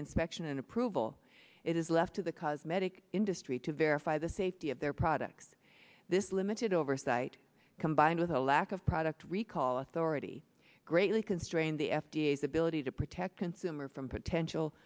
inspection and approval it is left to the cosmetic industry to verify the safety of their products this limited oversight combined with a lack of product recall authority greatly constrain the f d a as ability to protect consumers from potential